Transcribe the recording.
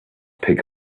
pick